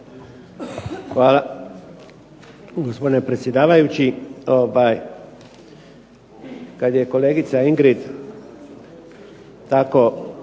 Hvala,